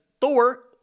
Thor